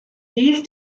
these